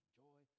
joy